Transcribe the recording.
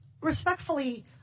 respectfully